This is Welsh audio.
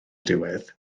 diwedd